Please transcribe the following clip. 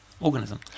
organism